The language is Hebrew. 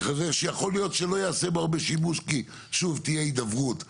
שיכול להיות שלא ייעשה בו הרבה שימוש כי שוב תהיה הידברות.